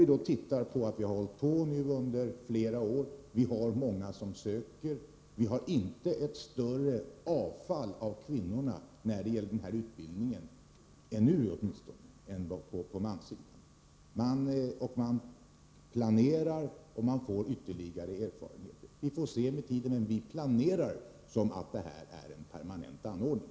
Verksamheten har nu pågått under flera år och många söker utbildningen. Det har hittills visat sig att det inte är fler kvinnor än män som avbryter utbildningen. Vi får med tiden mer erfarenhet, men i våra planer ingår det här som en permanent anordning.